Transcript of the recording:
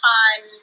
on